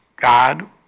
God